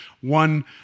One